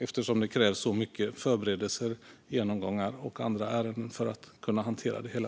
Annars hade det inte krävts så mycket av förberedelser, genomgångar och andra ärenden för att man ska kunna hantera det hela.